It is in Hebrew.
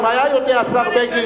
אם היה יודע השר בגין,